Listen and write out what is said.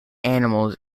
animals